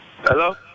hello